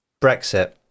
Brexit